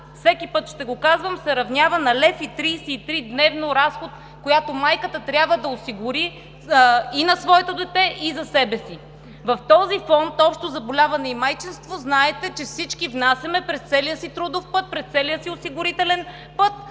всеки път ще го казвам, се равнява на 1,33 лв. дневно разход, който майката трябва да осигури и на своето дете, и за себе си. В този фонд „Общо заболяване и майчинство“, знаете, че всички внасяме през целия си трудов път, през целия си осигурителен път,